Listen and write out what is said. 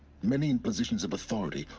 many in positions of authority,